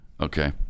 Okay